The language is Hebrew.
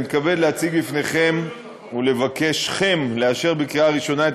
אני מתכבד להציג בפניכם ולבקשכם לאשר בקריאה ראשונה את